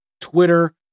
Twitter